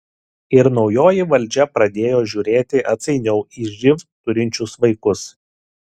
ir naujoji valdžia pradėjo žiūrėti atsainiau į živ turinčius vaikus